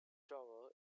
toro